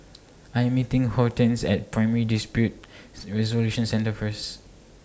I Am meeting Hortense At Primary Dispute Resolution Centre First